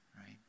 right